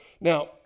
now